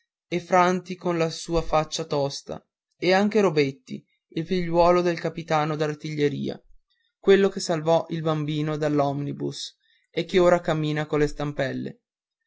e franti con la sua faccia tosta e anche robetti il figliuolo del capitano d'artiglieria quello che salvò un bambino dall'omnibus e che ora cammina con le stampelle